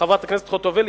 חברת הכנסת חוטובלי,